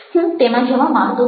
હું તેમાં જવા માગતો નથી